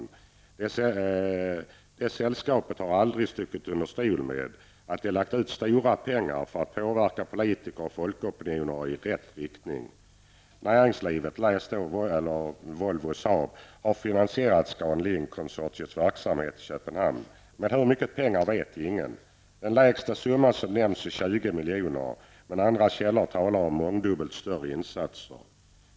I det sällskapet har man aldrig stuckit under stol med att man betalat ut mycket pengar för att påverka politiker och folkopinioner i ''rätt'' riktning. Näringslivet -- Volvo och Saab -- har finansierat Hur mycket pengar det rör sig om vet ingen. Den lägsta summa som nämns är 20 milj., men vissa källor talar om mångdubbelt större insatser.